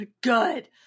good